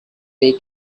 they